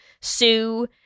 Sue